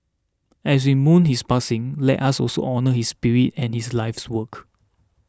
as we mourn his passing let us also honour his spirit and his life's work